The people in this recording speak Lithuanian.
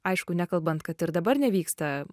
aišku nekalbant kad ir dabar nevyksta